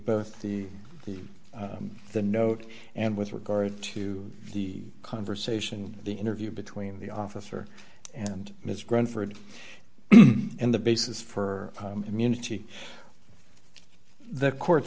both the the the note and with regard to the conversation the interview between the officer and ms grown for and the basis for immunity the court